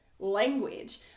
language